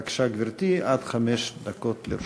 בבקשה, גברתי, עד חמש דקות לרשותך.